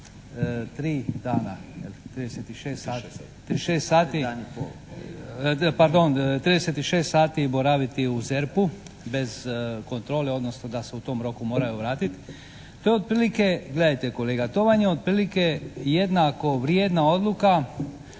36 sati boraviti u ZERP-u bez kontrole, odnosno da se u tome roku moraju vratiti. To je otprilike, gledajte kolega, to vam je otprilike jednako vrijedna odluka